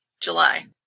July